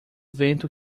vento